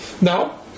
Now